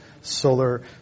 solar